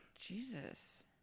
Jesus